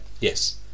yes